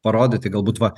parodyti galbūt va